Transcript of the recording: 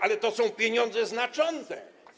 Ale to są pieniądze znaczące.